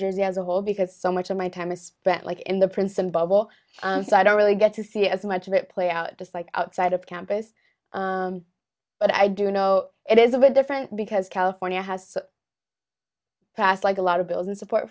jersey as a whole because so much of my time is spent like in the prince of bubble so i don't really get to see as much of it play out just like outside of campus but i do know it is a bit different because california has so passed like a lot of bills and support